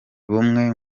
bumwe